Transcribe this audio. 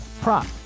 prop